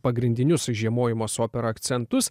pagrindinius žiemojimo su opera akcentus